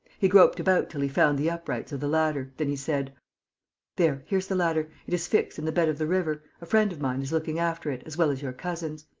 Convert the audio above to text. he groped about till he found the uprights of the ladder then he said there, here's the ladder. it is fixed in the bed of the river. a friend of mine is looking after it, as well as your cousins.